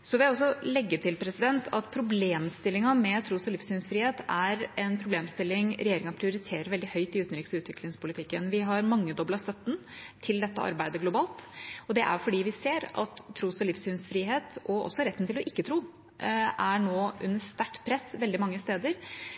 Jeg vil også legge til at tros- og livssynsfrihet er en problemstilling regjeringa prioriterer veldig høyt i utenriks- og utviklingspolitikken. Vi har mangedoblet støtten til dette arbeidet globalt, fordi vi ser at tros- og livssynsfrihet – og også retten til ikke å tro – nå er under sterkt press veldig mange steder.